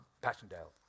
Passchendaele